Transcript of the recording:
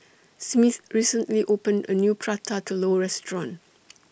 Smith recently opened A New Prata Telur Restaurant